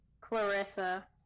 Clarissa